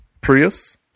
Prius